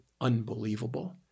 unbelievable